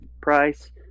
price